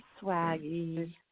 Swaggy